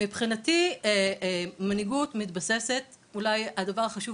מבחינתי מנהיגות מתבססת ואולי הדבר החשוב